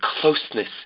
closeness